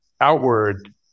outward